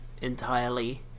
entirely